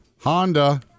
Honda